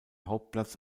hauptplatz